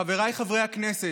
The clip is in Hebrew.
חבריי חברי הכנסת,